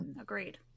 agreed